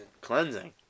Cleansing